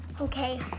Okay